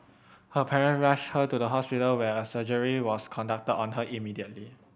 her parent rushed her to the hospital where a surgery was conducted on her immediately